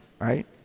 right